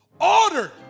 ordered